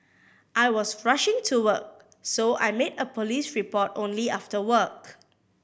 I was rushing to work so I made a police report only after work